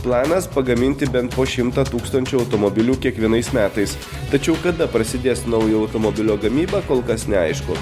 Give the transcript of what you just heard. planas pagaminti bent po šimtą tūkstančių automobilių kiekvienais metais tačiau kada prasidės naujo automobilio gamyba kol kas neaišku